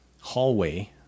hallway